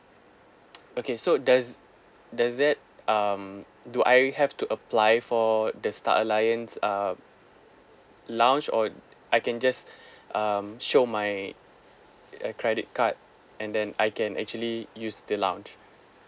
okay so does does that um do I have to apply for the star alliance um lounge or I can just um show my uh credit card and then I can actually use the lounge